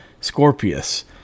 Scorpius